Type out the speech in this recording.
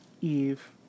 Eve